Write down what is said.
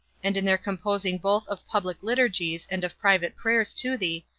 and in their composing both of public liturgies and of private prayers to thee,